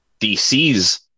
DC's